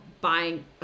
buying